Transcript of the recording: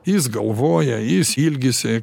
jis galvoja jis ilgisi